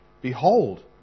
Behold